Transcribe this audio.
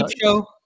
Show